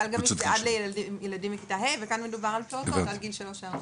סל גמיש זה עד לילדים בכיתה ה' וכאן מדובר על פעוטות עד גיל שלוש-ארבע.